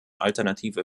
alternative